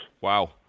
Wow